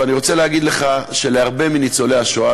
ואני רוצה להגיד לך שלהרבה מניצולי השואה,